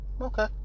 Okay